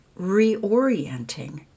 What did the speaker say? reorienting